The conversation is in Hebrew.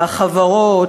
החברות,